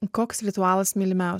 koks ritualas mylimiausias